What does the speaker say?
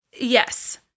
Yes